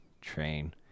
train